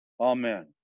Amen